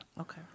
Okay